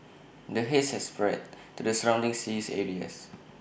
the haze has spread to the surrounding sea areas